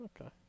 okay